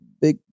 big